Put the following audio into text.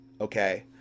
okay